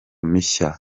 mishya